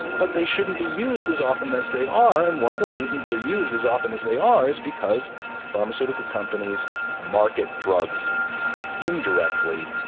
but they shouldn't be used as often as they are, and one of the reasons they are used as often as they are is because pharmaceutical companies market drugs indirectly,